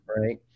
right